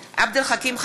תגיד את זה, אל תתבייש.